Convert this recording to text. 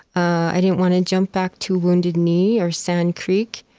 i didn't want to jump back to wounded knee or sand creek.